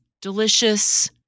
delicious